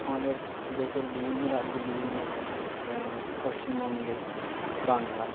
আমাদের দেশের বিভিন্ন রাজ্যে বিভিন্ন ভাষা যেমন পশ্চিমবঙ্গের বাংলা